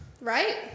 Right